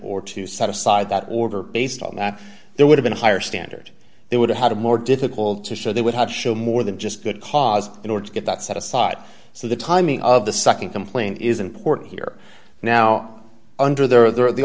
or to set aside that order based on that there would have been a higher standard they would have had a more difficult to show they would have shown more than just good cause in order to get that set aside so the timing of the nd complaint is important here now under there are the ar